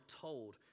told